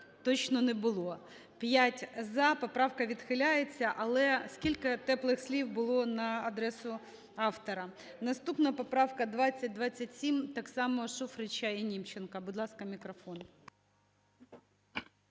точно не було. 13:06:59 За-5 Поправка відхиляється. Але скільки теплих слів було на адресу автора. Наступна поправка – 2027, так само Шуфрича і Німченка. Будь ласка, мікрофон.